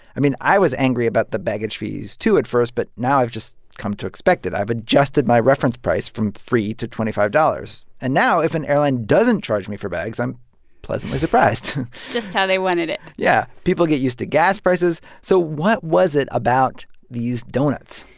i mean, i was angry about the baggage fees, too, at first, but now i've just come to expect it. i've adjusted my reference price from free to twenty five dollars. and now if an airline doesn't charge me for bags, i'm pleasantly surprised just how they wanted it yeah, people get used to gas prices. so what was it about these doughnuts?